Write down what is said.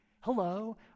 hello